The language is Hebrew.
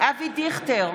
אבי דיכטר,